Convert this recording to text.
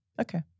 Okay